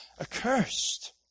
accursed